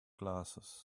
glasses